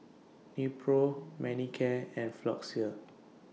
Nepro Manicare and Floxia